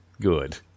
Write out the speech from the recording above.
good